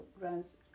runs